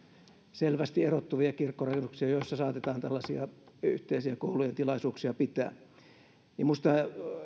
selvästi erottuvia kirkkorakennuksia joissa saatetaan tällaisia yhteisiä koulujen tilaisuuksia pitää minusta